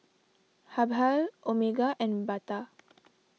Habhal Omega and Bata